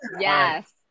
Yes